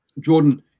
Jordan